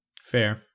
Fair